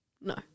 No